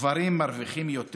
גברים מרוויחים יותר